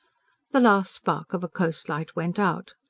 the last spark of a coast-light went out.